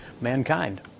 mankind